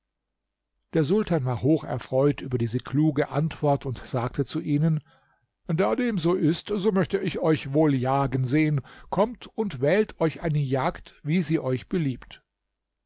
der sultan war hoch erfreut über diese kluge antwort und sagte zu ihnen da dem so ist so möchte ich euch wohl jagen sehen kommt und wählt euch eine jagd wie sie euch beliebt